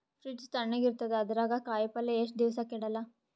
Fridge ತಣಗ ಇರತದ, ಅದರಾಗ ಕಾಯಿಪಲ್ಯ ಎಷ್ಟ ದಿವ್ಸ ಕೆಡಲ್ಲ?